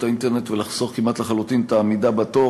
האינטרנט ולחסוך כמעט לחלוטין את העמידה בתור.